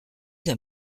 d’un